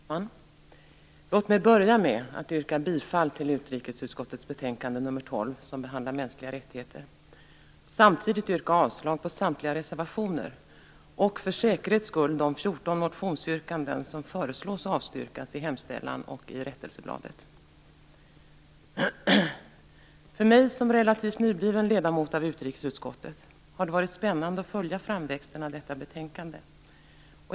Herr talman! Låt mig börja med att yrka bifall till utrikesutskottets betänkande nr 12, som behandlar mänskliga rättigheter, och samtidigt yrka avslag på samtliga reservationer och för säkerhets skull de 14 För mig som relativt nybliven ledamot av utrikesutskottet har det varit spännande att följa framväxten av detta betänkande.